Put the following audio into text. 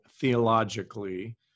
theologically